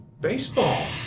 baseball